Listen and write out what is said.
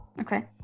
Okay